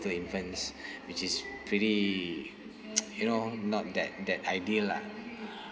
two infants which is pretty you know not that that ideal lah